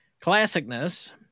Classicness